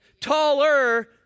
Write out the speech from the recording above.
taller